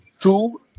two